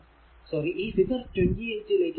sorry ഈ figure 28 ലേക്ക് പോയാൽ